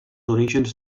orígens